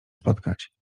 spotkać